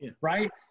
right